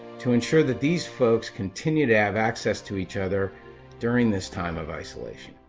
to ensure that these folks continue to have access to each other during this time of isolation.